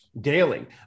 Daily